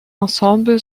ensemble